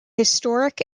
historic